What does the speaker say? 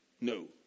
No